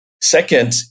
Second